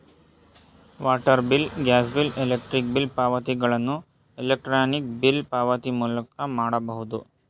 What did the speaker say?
water bill, gas bill, electric bill ಪಾವತಿಗಳನ್ನು electronic bill ಪಾವತಿ ಮೂಲಕ ಮಾಡಬಹುದು